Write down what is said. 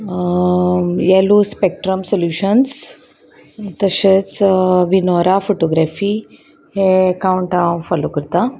येलो spectrum solutions तशेंच Vinora photography हे एकावंट हांव फोलो करतां